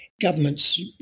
governments